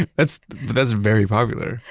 that's that's very popular.